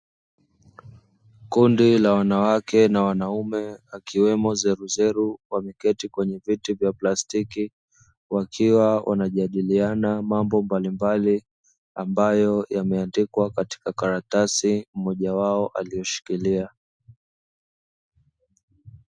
Kundi la wanawake na wanaume, akiwemo zeruzeru, wameketi kwenye viti vya plastiki, wakiwa wanajadiliana mambo mbalimbali, ambapo yanaandikwa katika karatasi mmoja wao aliyeshikilia.